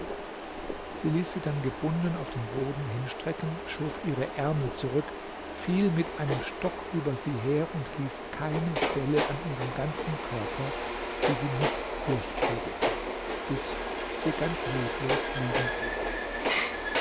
sie ließ sie dann gebunden auf den boden hinstrecken schob ihre ärmel zurück fiel mit einem stock über sie her und ließ keine stelle an ihrem ganzen körper die sie nicht durchprügelte bis sie ganz leblos liegen blieb